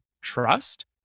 trust